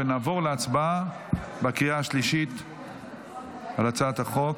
ונעבור להצבעה בקריאה השלישית על הצעת החוק.